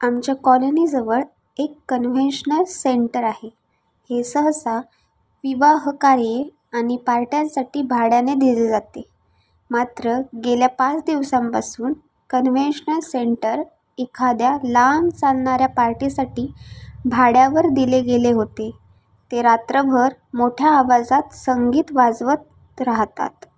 आमच्या कॉलनीजवळ एक कन्व्हेशनर सेंटर आहे हे सहसा विवाहकार्ये आणि पार्ट्यांसाठी भाड्याने दिले जाते मात्र गेल्या पाच दिवसांपासून कन्व्हेशनल सेंटर एखाद्या लांब चालणाऱ्या पार्टीसाठी भाड्यावर दिले गेले होते ते रात्रभर मोठ्या आवाजात संगीत वाजवत राहतात